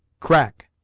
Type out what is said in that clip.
crack!